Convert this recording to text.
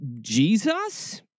Jesus